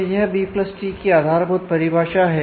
तो यह B plus tree की आधारभूत परिभाषा है